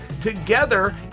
Together